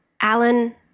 Alan